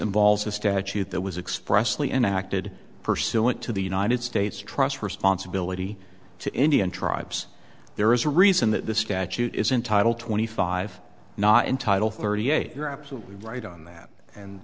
involves a statute that was expressly enacted pursuant to the united states trust responsibility to indian tribes there is a reason that the statute is in title twenty five not entitle thirty eight you're absolutely right on that and